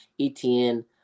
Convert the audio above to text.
ETN